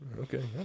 Okay